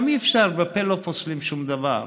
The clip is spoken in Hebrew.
גם אי-אפשר, בפה לא פוסלים שום דבר.